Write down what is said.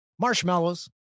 Marshmallows